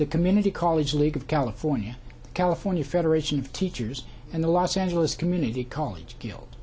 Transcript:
the community college league of california california federation of teachers and the los angeles community college